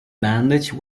bandage